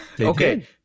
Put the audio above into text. Okay